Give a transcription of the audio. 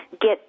get